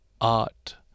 art